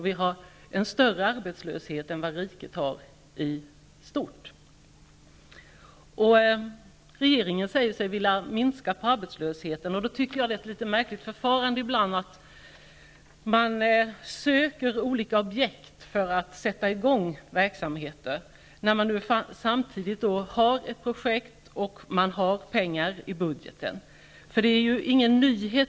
Vi har en högre arbetslöshet än riket i stort. Regeringen säger sig vilja minska arbetslösheten. Då tycker jag att det är ett märkligt förfarande, att man ibland söker olika objekt för att sätta i gång verksamheter, när det finns ett projekt och pengar till det i budgeten.